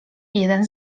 jeden